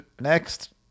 Next